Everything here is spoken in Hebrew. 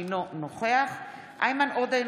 אינו נוכח איימן עודה,